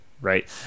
right